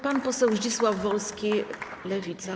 Pan poseł Zdzisław Wolski, Lewica.